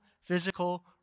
physical